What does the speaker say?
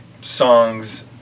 songs